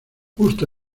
justo